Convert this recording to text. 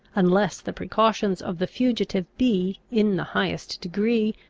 unless the precautions of the fugitive be, in the highest degree,